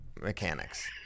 mechanics